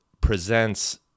presents